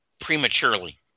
prematurely